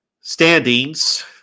standings